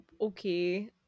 Okay